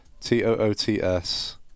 t-o-o-t-s